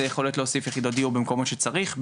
את היכולת להוסיף יחידות דיור במקומות שצריך,